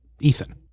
Ethan